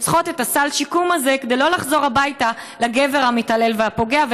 צריכות את סל השיקום הזה כדי לא לחזור הביתה לגבר המתעלל והפוגע,